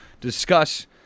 discuss